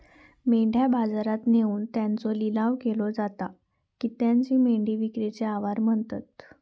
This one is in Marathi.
मेंढ्या बाजारात नेऊन त्यांचो लिलाव केलो जाता त्येकाचं मेंढी विक्रीचे आवार म्हणतत